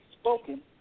spoken